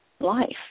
life